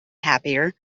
happier